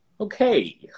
Okay